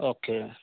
okay